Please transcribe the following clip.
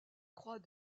croix